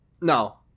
no